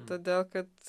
todėl kad